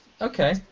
Okay